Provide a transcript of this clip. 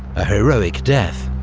a heroic death,